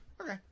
Okay